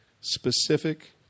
specific